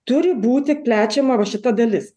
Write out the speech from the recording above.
turi būti plečiama va šita dalis